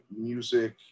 music